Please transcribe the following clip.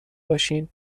باشین